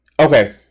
Okay